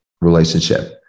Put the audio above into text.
relationship